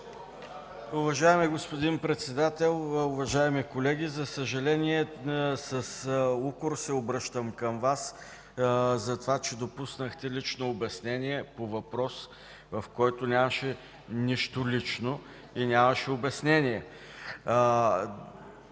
Уважаеми господин Председател, за съжаление с укор се обръщам към Вас за това, че допуснахте лично обяснение по въпрос, в който нямаше нищо лично и нямаше обяснение.